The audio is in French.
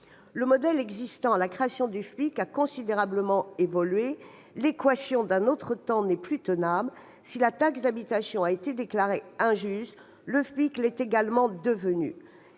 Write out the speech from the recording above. Le modèle existant au moment de la création du FPIC a considérablement évolué. L'équation, d'un autre temps, n'est plus tenable. Si la taxe d'habitation a été déclarée injuste, le FPIC l'est également devenu.